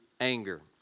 anger